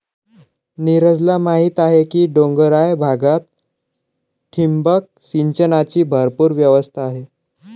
नीरजला माहीत आहे की डोंगराळ भागात ठिबक सिंचनाची भरपूर व्यवस्था आहे